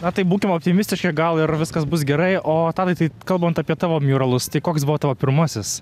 na tai būkim optimistiški gal ir viskas bus gerai o tadai tai kalbant apie tavo miuralus tai koks buvo tavo pirmasis